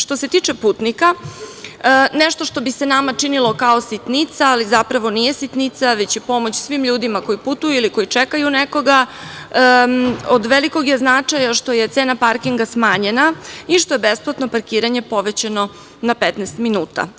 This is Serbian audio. Što se tiče putnika, nešto što bi se nama činilo kao sitnica, ali zapravo nije sitnica, već je pomoć svim ljudima koji putuju ili koji čekaju nekoga, od velikog je značaja što je cena parkinga smanjena i što je besplatno parkiranje povećano na 15 minuta.